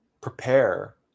prepare